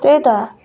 त्यही त